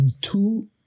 Two